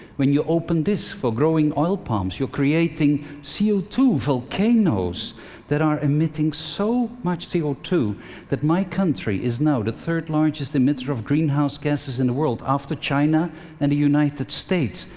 when you open this for growing oil palms you're creating c o two volcanoes that are emitting so much c o two that my country is now the third largest emitter of greenhouse gasses in the world, after china and the united states.